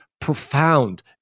profound